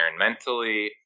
environmentally